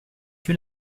que